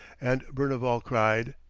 and berneval cried,